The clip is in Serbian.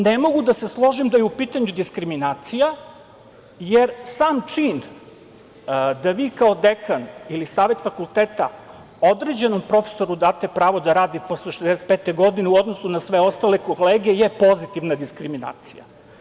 Ne mogu da se složim da je u pitanju diskriminacija, jer sam čin da vi kao dekan ili savet fakulteta određenom profesoru date pravo da radi posle 65. godine u odnosu na sve ostale kolege je pozitivna diskriminacija.